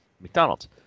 McDonald's